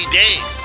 days